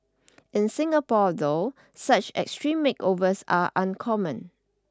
in Singapore though such extreme makeovers are uncommon